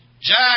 Jack